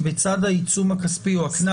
אין חלופת